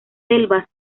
selvas